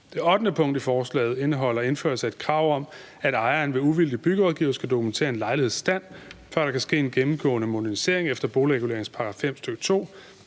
Det 8. punkt i forslaget indeholder indførsel af et krav om, at ejeren ved uvildig byggerådgiver skal dokumentere en lejligheds stand, før der kan ske en gennemgående modernisering efter boligreguleringslovens § 5,